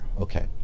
Okay